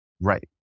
Right